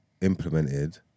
implemented